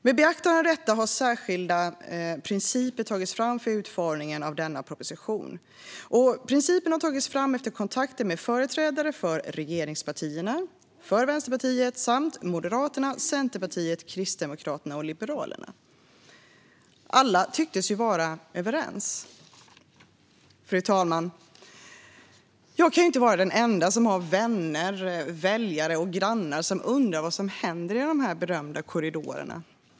Med beaktande av detta har särskilda principer tagits fram för utformningen av denna proposition. Principerna har tagits fram efter kontakter med företrädare för regeringspartierna och Vänsterpartiet samt Moderaterna, Centerpartiet, Kristdemokraterna och Liberalerna. Alla tycktes vara överens. Fru talman! Jag kan inte vara den enda som har vänner, väljare och grannar som undrar vad som händer i de här berömda korridorerna.